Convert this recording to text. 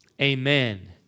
Amen